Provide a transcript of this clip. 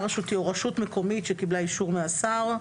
רשותי או רשות מקומית שקיבלה אישור מהשר',